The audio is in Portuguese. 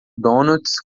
donuts